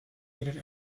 needed